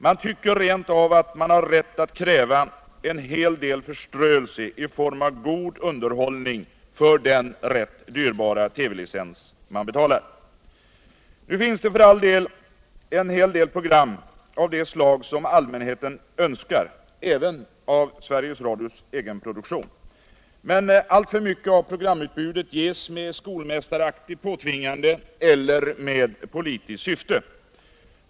Man tycker rent av att man har rätt att kräva en hel del förströelse i form av god underhållning för den dyrbara TV-licens man betalar. Nu finns det för all del en hel del program som är av det slag som allmänheten önskar — även av Sveriges Radios egenproduktion. Men alltför mycket av programutbudet ges med skolmästaraktigt påtvingande eller med politiskt syfte.